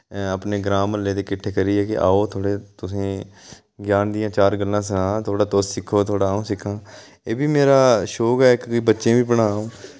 अपने ग्रां म्हल्ले दे किट्ठे करियै की आओ थोह्ड़े तुसें ज्ञान दियां चार गल्लां सखांऽ थोह्ड़ा तुस सिक्खो थोह्ड़ा अ'ऊं सिक्खां एह् बी मेरा शौक ऐ इक की बच्चें बी पढ़ां अ'ऊं